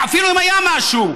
אפילו אם היה משהו,